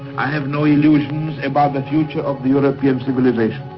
i have no illusions about the future of the european civilization.